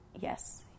yes